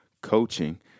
coaching